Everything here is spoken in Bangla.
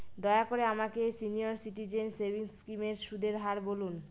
দয়া করে আমাকে সিনিয়র সিটিজেন সেভিংস স্কিমের সুদের হার বলুন